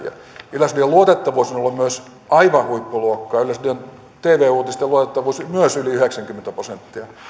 yleisradion luotettavuus on ollut myös aivan huippuluokkaa yleisradion tv uutisten luotettavuus on myös yli yhdeksänkymmentä prosenttia